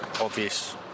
obvious